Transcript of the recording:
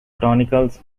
chronicles